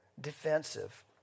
defensive